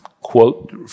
quote